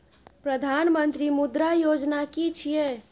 प्रधानमंत्री मुद्रा योजना कि छिए?